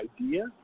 idea